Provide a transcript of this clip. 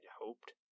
hoped